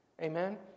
Amen